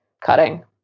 cutting